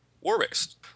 war-based